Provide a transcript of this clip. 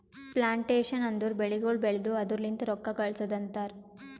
plantation ಅಂದುರ್ ಬೆಳಿಗೊಳ್ ಬೆಳ್ದು ಅದುರ್ ಲಿಂತ್ ರೊಕ್ಕ ಗಳಸದ್ ಅಂತರ್